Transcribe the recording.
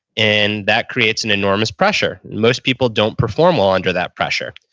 and that creates an enormous pressure. most people don't perform well under that pressure.